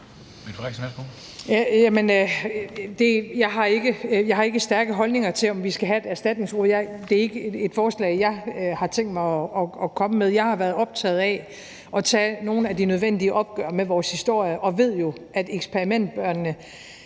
Jeg har ikke stærke holdninger til, om vi skal have et erstatningsråd. Det er ikke et forslag, jeg har tænkt mig at komme med. Jeg har været optaget af at tage nogle af de nødvendige opgør med vores historie og ved jo, at eksperimentbørnene,